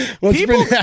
People